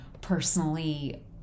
personally